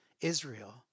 Israel